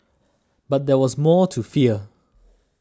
but there was more to fear